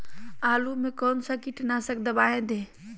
आलू में कौन सा कीटनाशक दवाएं दे?